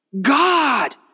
God